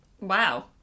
Wow